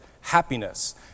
happiness